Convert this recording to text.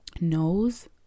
knows